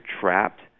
trapped